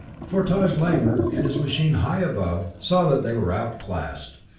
for taj lamor, in his machine high above, saw that they were outclassed,